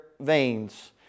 veins